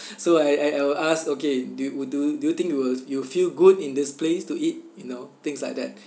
so I I I will ask okay do you w~ do you do you think you will you will feel good in this place to eat you know things like that